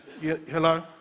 hello